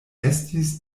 estis